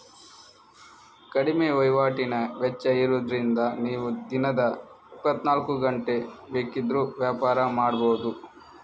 ಕಡಿಮೆ ವೈವಾಟಿನ ವೆಚ್ಚ ಇರುದ್ರಿಂದ ನೀವು ದಿನದ ಇಪ್ಪತ್ತನಾಲ್ಕು ಗಂಟೆ ಬೇಕಿದ್ರೂ ವ್ಯಾಪಾರ ಮಾಡ್ಬಹುದು